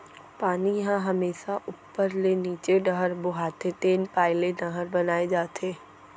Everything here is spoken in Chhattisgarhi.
पानी ह हमेसा उप्पर ले नीचे डहर बोहाथे तेन पाय ले नहर बनाए जाथे